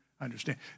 understand